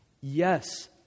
Yes